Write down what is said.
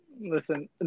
Listen